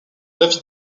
david